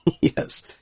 yes